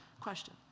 question